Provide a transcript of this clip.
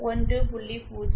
0 0